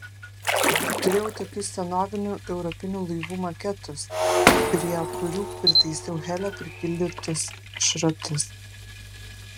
turėjau tokius senovinių europinių laivų maketus prie kurių pritaisiau helio pripildytus šratus